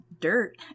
dirt